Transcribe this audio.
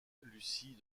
lucy